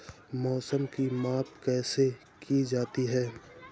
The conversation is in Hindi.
मौसम की माप कैसे की जाती है?